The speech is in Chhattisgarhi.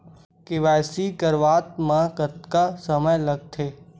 के.वाई.सी करवात म कतका समय लगथे?